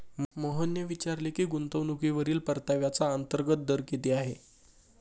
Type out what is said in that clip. मोहनने विचारले की गुंतवणूकीवरील परताव्याचा अंतर्गत दर किती आहे?